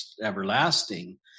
everlasting